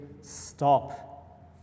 stop